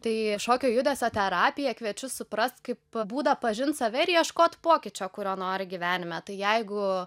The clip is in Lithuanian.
tai šokio judesio terapiją kviečiu suprast kaip būdą pažint save ir ieškot pokyčio kurio nori gyvenime tai jeigu